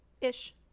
ish